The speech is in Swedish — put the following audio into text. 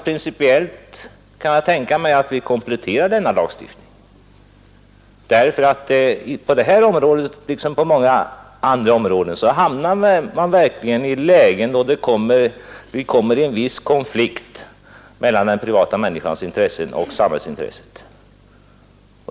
Principiellt kan jag alltså tänka mig att vi kompletterar lagstiftningen, ty på det här området liksom på många andra områden hamnar man verkligen i lägen där det kan uppstå en viss konflikt mellan den privata människans intresse och samhällsintresset.